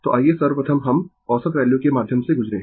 तो आइये सर्वप्रथम हम औसत वैल्यू के माध्यम से गुजरें